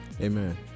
Amen